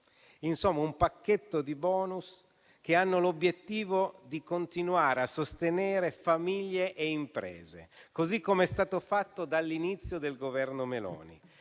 di un pacchetto di *bonus* che hanno l'obiettivo di continuare a sostenere famiglie e imprese, così com'è stato fatto dall'inizio del Governo Meloni,